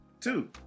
two